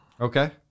okay